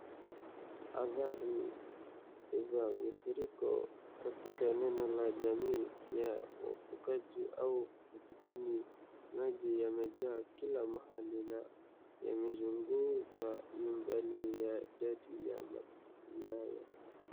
Athari za mafuriko katika eneo ya jamii ya wafungaji au kijijini maji yamejaa kila mahali. Na yamezunguka nyumbani ya chati ya.